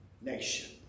nation